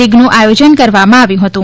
લીગનું આયોજન કરવામાં આવ્યું હતું